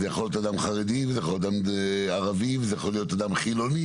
אדם חרדי וזה יכול להיות אדם ערבי וזה יכול להיות אדם חילוני,